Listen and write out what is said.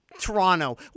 Toronto